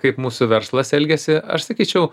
kaip mūsų verslas elgiasi aš sakyčiau